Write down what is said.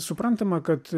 suprantama kad